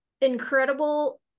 incredible